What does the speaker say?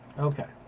okay.